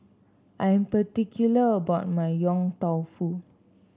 I'm particular about my Yong Tau Foo